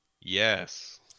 Yes